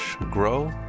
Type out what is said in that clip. grow